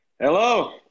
Hello